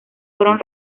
fueron